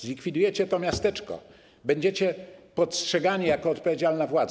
Zlikwidujecie to miasteczko, będziecie postrzegani jako odpowiedzialna władza.